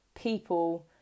people